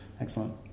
Excellent